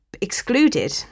excluded